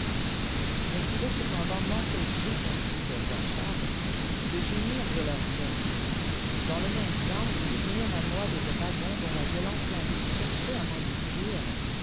jfe ne pouvais cependant m'empècher continue le roi charles e gémir de leurs peines dans le même temps je vis venir à rapi dos drgotis dont îa gueule enflammée cherchait a m'engloutir